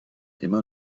immer